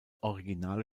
originale